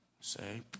Say